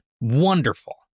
wonderful